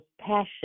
passion